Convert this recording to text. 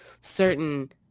certain